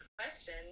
question